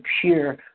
pure